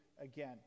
again